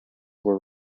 were